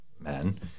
men